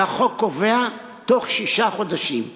והחוק קובע, בתוך שישה חודשים.